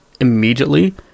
immediately